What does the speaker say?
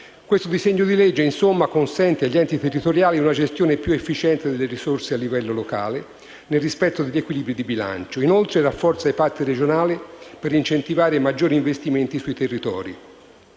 Questo disegno di legge, insomma, consente agli enti territoriali una gestione più efficiente delle risorse a livello locale nel rispetto degli equilibri di bilancio. Inoltre, rafforza i patti regionali per incentivare maggiori investimenti sui territori.